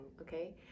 okay